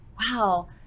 wow